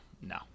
no